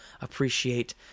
appreciate